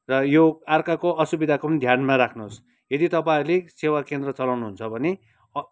र यो अर्काको असुविधाको पनि ध्यानमा राख्नुहोस् यदि तपाईँहरूले सेवा केन्द्र चलाउनु हुन्छ भने